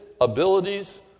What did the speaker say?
abilities